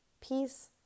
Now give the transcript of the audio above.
peace